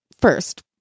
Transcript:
first